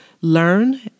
learn